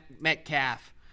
Metcalf